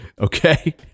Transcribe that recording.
Okay